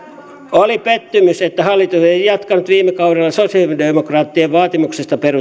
oli pettymys että hallitus ei ei jatkanut viime kaudella sosialidemokraattien vaatimuksesta